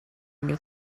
mir